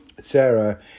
Sarah